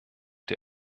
der